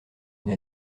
une